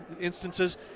instances